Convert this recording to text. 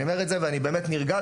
אני אומר את זה ואני באמת נרגש.